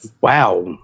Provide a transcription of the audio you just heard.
Wow